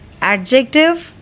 adjective